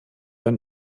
ein